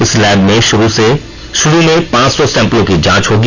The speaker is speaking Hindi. इस लैब में शुरू में पांच सौ सैंपलों की जांच होगी